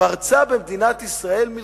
פרצה במדינת ישראל מלחמה.